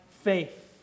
faith